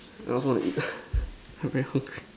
I also want to eat I very hungry